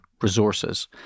resources